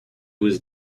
was